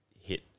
hit